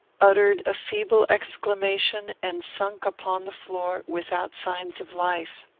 uttered a feeble exclamation, and sunk upon the floor without signs of life.